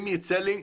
אם ייצא לי,